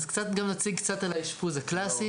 אז נציג קצת גם על האשפוז הקלאסי,